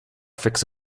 fix